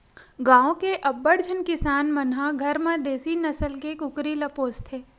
गाँव के अब्बड़ झन किसान मन ह घर म देसी नसल के कुकरी ल पोसथे